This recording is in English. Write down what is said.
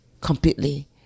completely